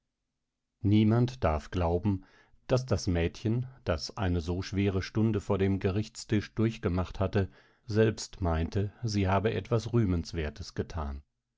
niemand darf glauben daß das mädchen das eine so schwere stunde vor dem gerichtstisch durchgemacht hatte selbst meinte sie habe etwas rühmenswertes getan